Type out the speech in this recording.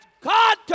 God